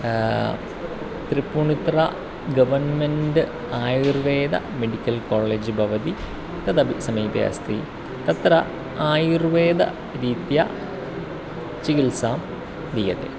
Tripunithura government Ayurveda medical college भवति तदपि समीपे अस्ति तत्र आयुर्वेदरीत्या चिकित्सां दीयते